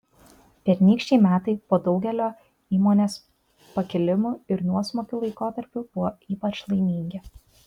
pernykščiai metai po daugelio įmonės pakilimų ir nuosmukių laikotarpių buvo ypač laimingi